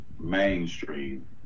Mainstream